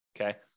Okay